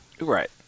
Right